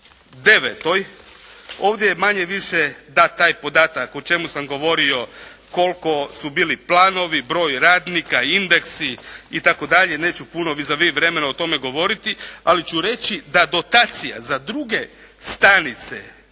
69., ovdje je manje-više dat taj podatak o čemu sam govorio koliko su bili planovi, broj radnika, indeksi itd., neću puno vis a vis vremena o tome govoriti, ali ću reći da dotacija za druge stanice